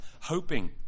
hoping